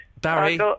Barry